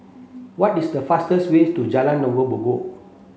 what is the fastest way to Jalan